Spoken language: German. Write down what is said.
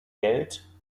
geld